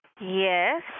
Yes